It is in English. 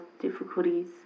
difficulties